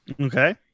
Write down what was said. Okay